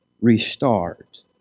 restart